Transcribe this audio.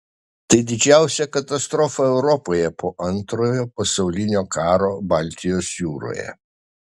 tai didžiausia katastrofa europoje po antrojo pasaulinio karo baltijos jūroje